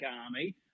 Army